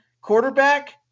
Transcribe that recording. quarterback